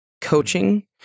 coaching